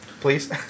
Please